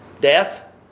Death